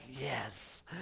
yes